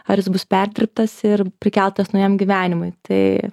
ar jis bus perdirbtas ir prikeltas naujam gyvenimui tai